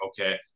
okay